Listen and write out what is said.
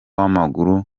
w’amaguru